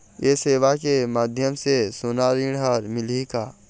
ये सेवा के माध्यम से सोना ऋण हर मिलही का?